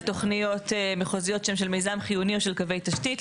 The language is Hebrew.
תוכניות מחוזיות של מיזם חיוני או של קווי תשתית.